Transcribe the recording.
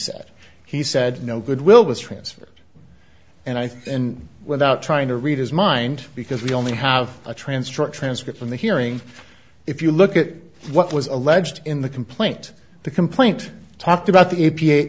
said he said no goodwill was transferred and i think without trying to read his mind because we only have a trance truck transcript from the hearing if you look at what was alleged in the complaint the complaint talked about the